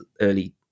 early